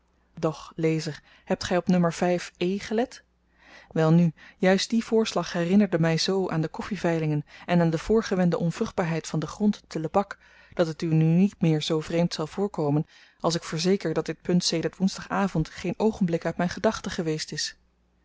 doch lezer hebt gy op n gelet welnu juist die voorslag herinnerde my zoo aan de koffiveilingen en aan de voorgewende onvruchtbaarheid van den grond te lebak dat het u nu niet meer zoo vreemd zal voorkomen als ik verzeker dat dit punt sedert woensdag avend geen oogenblik uit myn gedachten geweest is